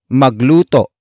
magluto